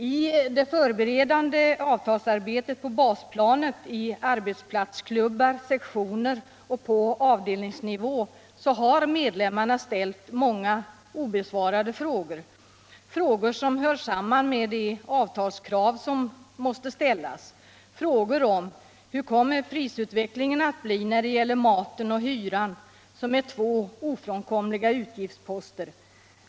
I det förberedande avtalsarbetet på basplanet i arbetsplatsklubbar och sektioner och på avdelningsnivå har medlemmarna ställt många obesvarade frågor — frågor som hör samman med de avtalskrav som måste ställas. Hur kommer prisutvecklingen att bli när det gäller maten och hyran, som är två ofrånkomliga utgiftsposter?